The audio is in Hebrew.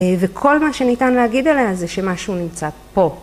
וכל מה שניתן להגיד עליה זה שמשהו נמצא פה.